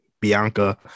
Bianca